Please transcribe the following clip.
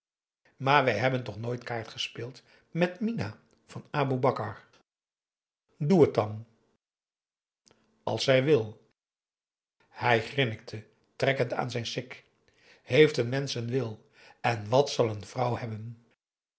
maar wij hebben toch nooit kaart gespeeld met minah van aboe bakar doe het dan als zij wil hij grinnikte trekkend aan zijn sik eeft een mensch een wil en wat zal een vrouw hebben